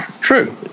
True